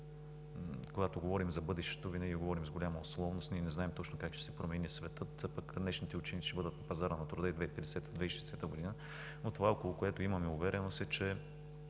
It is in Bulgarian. когато говорим за бъдещето, винаги говорим с голяма условност. Ние не знаем точно как ще се промени светът, а пък днешните ученици ще бъдат на пазара на труда 2050 – 2060 г. Това, около което имаме увереност е, че